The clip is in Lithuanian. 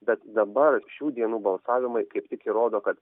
bet dabar šių dienų balsavimai kaip tik įrodo kad